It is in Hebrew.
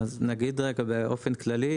אז נגיד רגע באופן כללי,